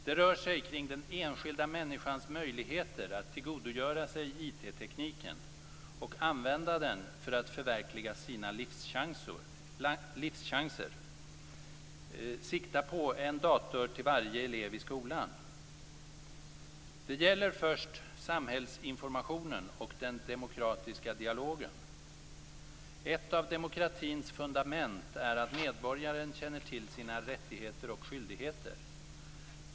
Det rör sig kring den enskilda människans möjligheter att tillgodogöra sig informationstekniken och använda den för att förverkliga sina livschanser. Vi menar att man bör sikta på en dator för varje elev i skolan. Det gäller först samhällsinformationen och den demokratiska dialogen. Ett av demokratins fundament är att medborgaren känner till sina rättigheter och skyldigheter.